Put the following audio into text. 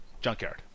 junkyard